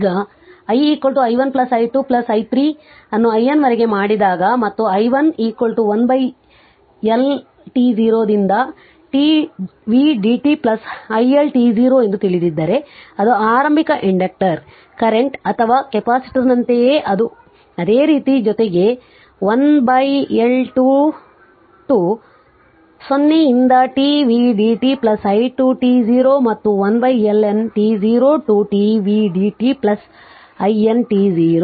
ಈಗ i i1 plus i2 plus i3 ಅನ್ನು I N ವರೆಗೆ ಮಾಡಿದಾಗ ಮತ್ತು i i1 1L1 t 0 ರಿಂದ tv dt plus i1 t 0 ಎಂದು ತಿಳಿದಿದ್ದರೆ ಅದು ಆರಂಭಿಕ ಇಂಡಕ್ಟರ್ ಕರೆಂಟ್ ಅಥವಾ ಕೆಪಾಸಿಟರ್ನಂತೆಯೇ ಅದು ಅದೇ ರೀತಿ ಜೊತೆಗೆ 1 L 2 t 0 ರಿಂದ t v dt plus i to t 0 ಮತ್ತು 1L N t 0 ಟುt v dt plus i N t 0